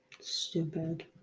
Stupid